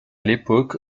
l’époque